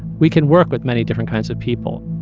we can work with many different kinds of people.